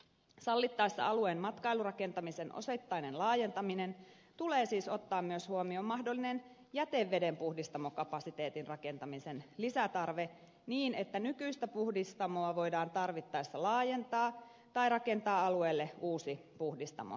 sallittaessa alueen matkailurakentamisen osittainen laajentaminen tulee siis ottaa myös huomioon mahdollinen jätevedenpuhdistamokapasiteetin rakentamisen lisätarve niin että nykyistä puhdistamoa voidaan tarvittaessa laajentaa tai rakentaa alueelle uusi puhdistamo suodatuskenttineen